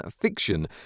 fiction